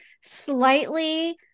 slightly